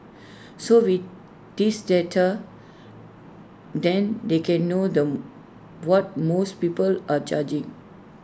so with this data then they can know them what most people are charging